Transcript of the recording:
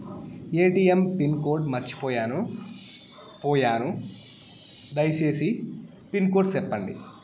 ATM pin code మర్చిపోయాను పోయాను దయసేసి పిన్ కోడ్ సెప్పండి?